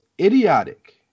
idiotic